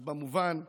אז במובן הרוחני.